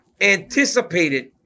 anticipated